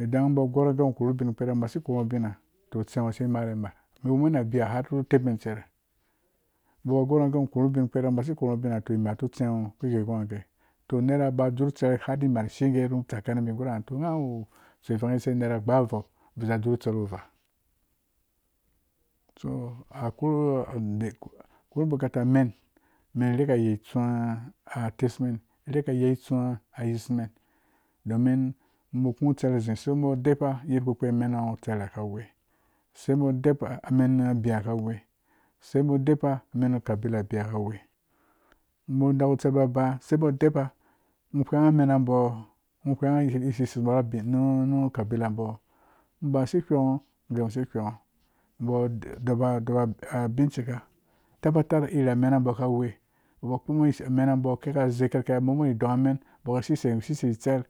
idan ba gor ngho gee ngho korhu bin kpɛrɛ ngho si kerhungho bina to utse ngho si mara mar mɛ wumen na biya har nu tep men cerɛ bo ba gor ngho gee ngho korhu bin kpɛrɛ basi korhu ngho bina to imar nu tse ngho wu gwhongwhen ngha gee to nera ba dzur tser har nu mar shige tsakana bi gura ngha wu atsu nera vang kise nera gbavau visa dzur tser wuvaa so a korhu bukata men men rika yei tsuwa atesmen ruka yei itsuwa a yismen domin uba ku tsera zi sei bo deba yadda kpukpi a mena tseras kawe sei bo deba amena biya kawe sei bo. deba manu kabila biya kawe ngho nakutser ba ba ngho gwheengho a mena bo? Ngho gwheengho gee ngho si gwheengho bo deba binchika tabatar iri zei kerkee ba wubori dongmen kibo ka sisei tser.